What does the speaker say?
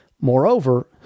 Moreover